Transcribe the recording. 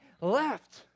left